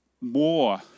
more